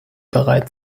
bereit